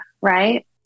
right